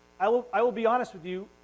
i will i will be honest with you,